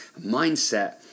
mindset